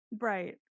Right